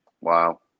wow